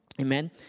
Amen